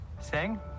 Sing